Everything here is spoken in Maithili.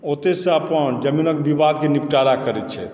ओतहिसँ अपन जमीनक विवादके निपटारा करैत छथि